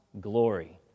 glory